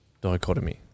dichotomy